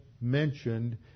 mentioned